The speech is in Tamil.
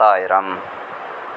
பத்தாயிரம்